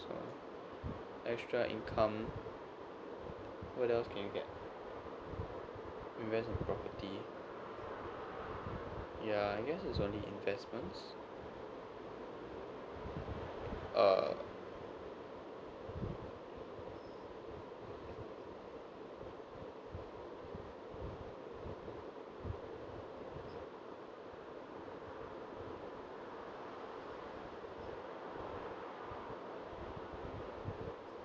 uh extra income what else can you get invest in property ya I guess It's only investments uh